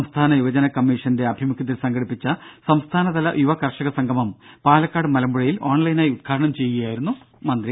സംസ്ഥാന യുവജന കമ്മീഷന്റെ ആഭിമുഖ്യത്തിൽ സംഘടിപ്പിച്ച സംസ്ഥാനതല യുവകർഷക സംഗമം പാലക്കാട് മലമ്പുഴയിൽ ഓൺലൈനായി ഉദ്ഘാടനം ചെയ്തു സംസാരിക്കുകയായിരുന്നു മന്ത്രി